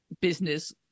business